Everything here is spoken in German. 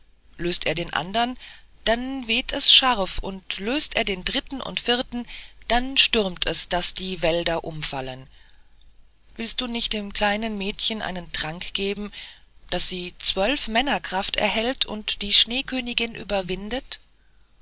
löst er den andern dann weht es scharf und löst er den dritten und vierten dann stürmt es daß die wälder umfallen willst du nicht dem kleinen mädchen einen trank geben daß sie zwölf männer kraft erhält und die schneekönigin überwindet